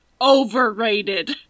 Overrated